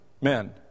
men